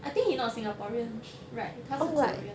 I think he not singaporean right 他是 korean